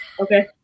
Okay